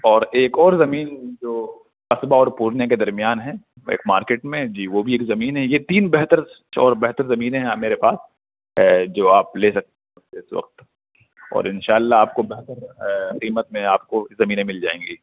اور ایک اور زمین جو قصبہ اور پورنیہ کے درمیان ہے ایک مارکیٹ میں جی وہ بھی ایک زمین ہے یہ تین بہتر اور بہتر زمینیں ہیں میرے پاس ہے جو آپ لے سکتے ہیں اس وقت اور ان شاء اللہ آپ کو بہتر قیمت میں آپ کو زمینیں مل جائیں گی